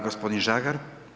Gospodin Žagar.